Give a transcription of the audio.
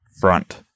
front